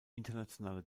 internationale